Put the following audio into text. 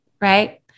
Right